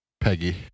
Peggy